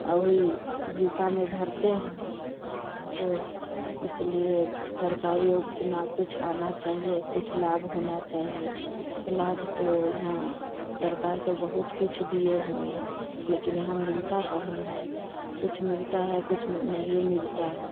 आ वही जीविका में भरते हैं सो इसीलिए जो सरकारी योजना कुछ आना चाहिए कुछ लाभ होना चाहिए तो लाभ तो यहाँ सरकार तो बहुत कुछ दिए हुएँ हैं लेकिन यहाँ मिलता कहाँ हैं कुछ मिलता है कुछ म नहिए मिलता है